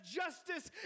justice